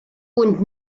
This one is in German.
und